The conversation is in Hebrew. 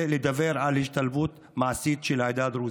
לדבר על השתלבות מעשית של העדה הדרוזית.